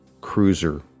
cruiser